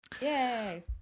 Yay